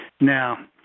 Now